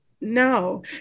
no